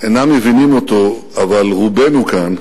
אינם מבינים אותו, אבל רובנו כאן,